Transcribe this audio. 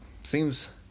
Seems